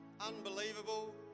Unbelievable